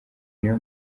niyo